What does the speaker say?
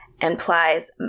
implies